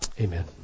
Amen